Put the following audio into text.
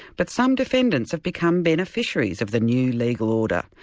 but some defendants have become beneficiaries of the new legal order,